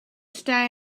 stay